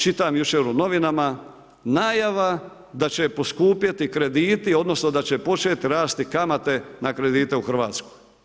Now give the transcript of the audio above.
Čitam jučer u novinama najava da će poskupjeti krediti odnosno da će počet rasti kamate na kredite u Hrvatskoj.